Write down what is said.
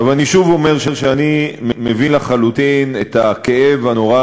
אני שוב אומר שאני מבין לחלוטין את הכאב הנורא